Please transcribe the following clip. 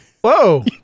Whoa